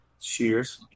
Cheers